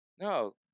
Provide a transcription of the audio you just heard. No